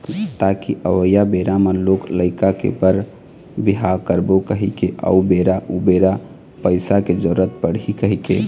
ताकि अवइया बेरा म लोग लइका के बर बिहाव करबो कहिके अउ बेरा उबेरा पइसा के जरुरत पड़ही कहिके